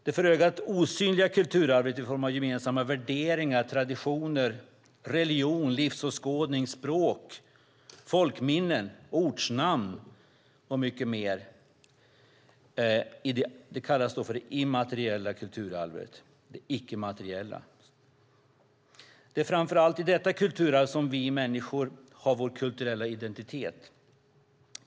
Det för ögat osynliga kulturarvet i form av gemensamma värderingar, traditioner, religion, livsåskådning, språk, folkminnen, ortsnamn och mycket mer kallas för det immateriella kulturarvet. Det är framför allt i detta kulturarv som vi människor har vår kulturella identitet.